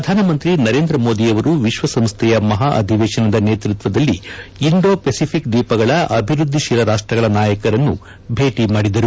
ಪ್ರಧಾನ ಮಂತ್ರಿ ನರೇಂದ್ರ ಮೋದಿಯವರು ವಿಶ್ವಸಂಸ್ಥೆಯ ಮಹಾ ಅಧಿವೇಶನದ ನೇತೃತ್ವದಲ್ಲಿ ಇಂಡೋ ಫೆಸಿಪಿಕ್ ದ್ವೀಪಗಳ ಅಭಿವೃದ್ದಿಶೀಲ ರಾಷ್ವಗಳ ನಾಯಕರನ್ನು ಭೇಟಿ ಮಾದಿದರು